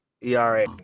ERA